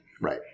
Right